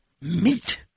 Meat